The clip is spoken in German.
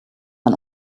ein